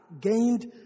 gained